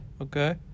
Okay